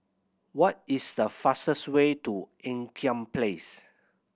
what is the fastest way to Ean Kiam Place